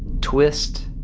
twist